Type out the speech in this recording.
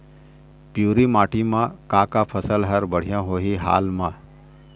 पिवरी माटी म का का फसल हर बढ़िया होही हाल मा?